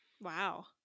Wow